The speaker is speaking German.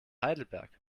heidelberg